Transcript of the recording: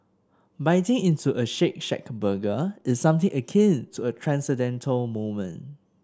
biting into a Shake Shack burger is something akin to a transcendental moment